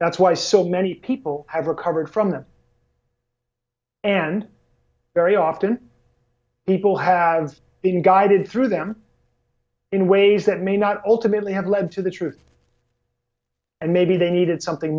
that's why so many people have recovered from them and very often people have been guided through them in ways that may not all to merely have led to the truth and maybe they needed something